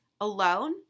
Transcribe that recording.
alone